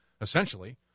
essentially